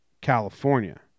California